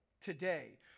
today